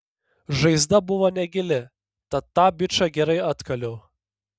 žaizda buvo negili tad tą bičą gerai atkaliau